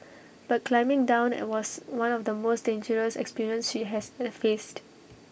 but climbing down I was one of the most dangerous experience she has A faced